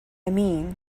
mean